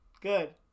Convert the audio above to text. Good